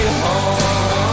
home